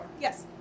Yes